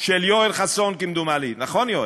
של יואל חסון כמדומני, נכון, יואל?